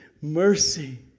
mercy